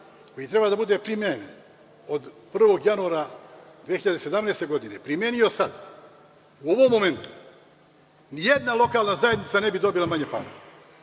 koji treba da bude primenjen od 1. januara 2017. godine, primenio sada, u ovom momentu ni jedna lokalna zajednica ne bi dobila manje para.